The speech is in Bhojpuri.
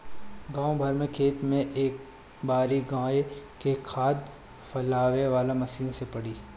गाँव भर के खेत में ए बारी गाय के खाद फइलावे वाला मशीन से पड़ी